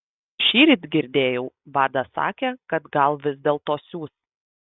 šįryt girdėjau vadas sakė kad gal vis dėlto siųs